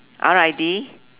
R I D